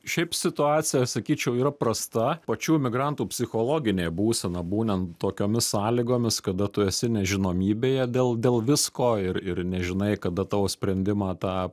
šiaip situacija aš sakyčiau yra prasta pačių imigrantų psichologinė būsena būnant tokiomis sąlygomis kada tu esi nežinomybėje dėl dėl visko ir ir nežinai kada tavo sprendimą tą